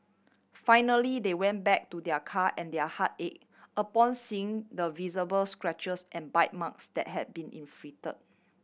finally they went back to their car and their heart ache upon seeing the visible scratches and bite marks that had been inflict